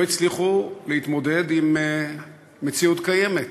לא הצליחו להתמודד עם מציאות קיימת,